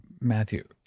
Matthew